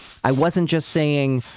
i wasn't just saying,